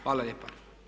Hvala lijepa.